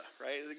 right